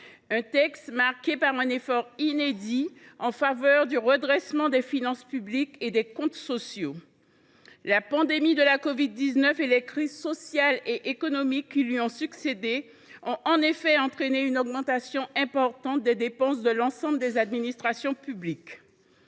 qui est marqué par un effort inédit en faveur du redressement des finances publiques et des comptes sociaux. La pandémie de covid 19 et les crises sociale et économique qui lui ont succédé ont en effet entraîné une augmentation importante des dépenses de l’ensemble des administrations publiques.